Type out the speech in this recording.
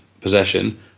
possession